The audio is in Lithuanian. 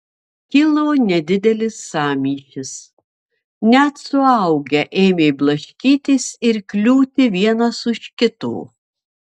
kilo nedidelis sąmyšis net suaugę ėmė blaškytis ir kliūti vienas už kito